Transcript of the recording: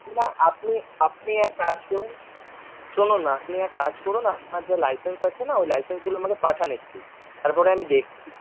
না আপনি আপনি এক কাজ করুন শুনুন আপনি এক কাজ করুন আপনার যে লাইসেন্স আছে না ওই লাইসেন্সগুলো আমাকে পাঠান একটু তারপরে আমি দেখছি